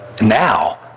now